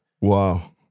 Wow